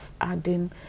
adding